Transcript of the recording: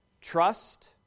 trust